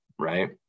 right